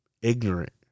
ignorant